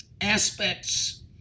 aspects